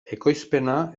ekoizpena